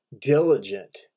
diligent